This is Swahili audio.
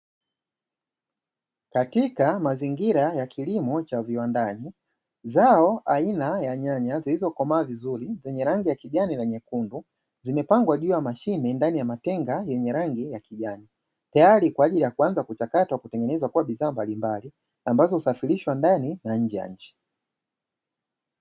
Katika mazingira ya kilimo cha viwandani zao aina ya nyanya zilizokomaa vizuri zenye rangi ya kijani na nyekundu zimepangwa juu ya mashine ndani ya matenga yenye rangi ya kijani tayari kwa ajili ya kuanza kuchakatwa kutengeneza kuwa bidhaa mbalimbali ambazo usafirishwa ndani ya nje ya nchi.